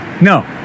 No